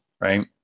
right